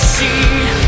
See